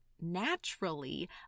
naturally